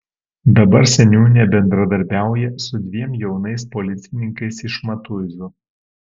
dabar seniūnė bendradarbiauja su dviem jaunais policininkais iš matuizų